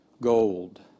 gold